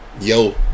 yo